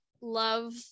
love